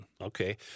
Okay